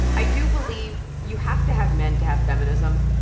i do believe you have to have men to have feminism.